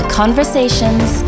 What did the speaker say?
conversations